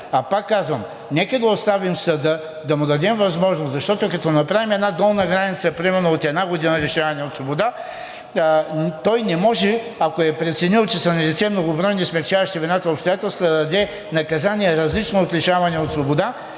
Пак казвам: нека да оставим съда, да му дадем възможност, защото, като направим една долна граница, например от една година лишаване от свобода, той не може, ако е преценил, че са налице многобройни смекчаващи вината обстоятелства, да даде наказание, различно от лишаване от свобода,